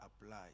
apply